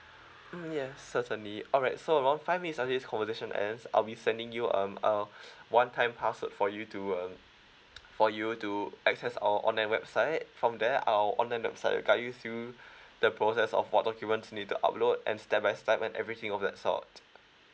mm yeah certainly alright so around five minutes after this conversation ends I'll be sending you um a one time password for you to um for you to access our online website from there our online website will guide you through the process of what documents you need to upload and step by step and everything of that sort